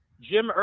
Jim